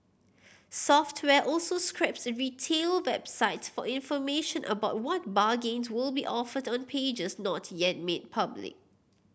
software also scrapes retail websites for information about what bargains will be offered on pages not yet made public